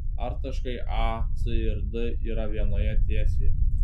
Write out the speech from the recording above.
ar taškai a c ir d yra vienoje tiesėje